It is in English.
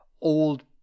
old